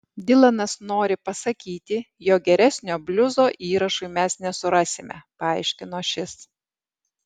dilanas nori pasakyti jog geresnio bliuzo įrašui mes nesurasime paaiškino šis